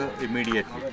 immediately